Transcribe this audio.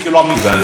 הבנת את הנקודה?